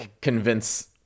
convince